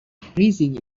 freezing